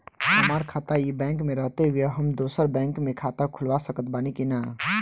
हमार खाता ई बैंक मे रहते हुये हम दोसर बैंक मे खाता खुलवा सकत बानी की ना?